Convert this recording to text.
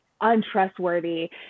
untrustworthy